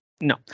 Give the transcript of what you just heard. No